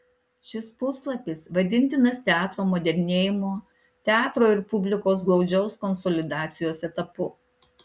šis puslapis vadintinas teatro modernėjimo teatro ir publikos glaudžios konsolidacijos etapu